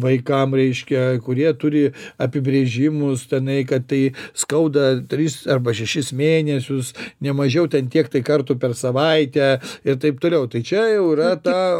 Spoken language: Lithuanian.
vaikam reiškia kurie turi apibrėžimus tenai kad tai skauda tris arba šešis mėnesius nemažiau ten tiek kartų per savaitę ir taip toliau tai čia jau yra ta